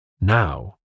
Now